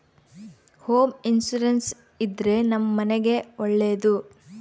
home insurance ಇದ್ರೆ ನಮ್ ಮನೆಗ್ ಒಳ್ಳೇದು